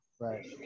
Right